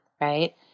right